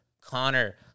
Connor